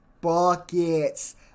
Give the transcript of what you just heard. buckets